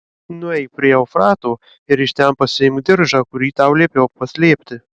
nueik prie eufrato ir iš ten pasiimk diržą kurį tau liepiau paslėpti